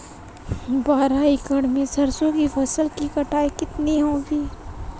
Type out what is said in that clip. बारह एकड़ में सरसों की फसल की कटाई कितनी होगी?